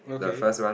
okay